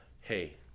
hey